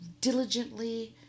diligently